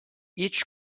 each